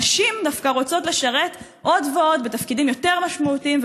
נשים דווקא רוצות לשרת עוד ועוד בתפקידים יותר משמעותיים,